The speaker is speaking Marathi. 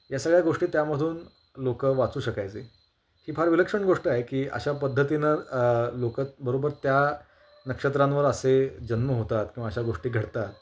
या सगळ्या गोष्टी त्यामधून लोकं वाचू शकायचे ही फार विलक्षण गोष्ट आहे की अशा पद्धतीनं लोकं बरोबर त्या नक्षत्रांवर असे जन्म होतात किंवा अशा गोष्टी घडतात